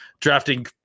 drafting